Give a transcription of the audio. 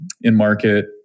in-market